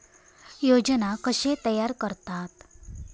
योजना कशे तयार करतात?